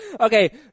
Okay